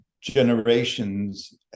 generations